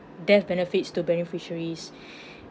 death benefits to beneficiaries